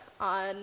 on